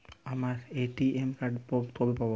আমার ATM card কবে পাব?